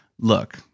look